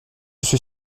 suis